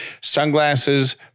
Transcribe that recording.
Sunglasses